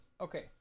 Okay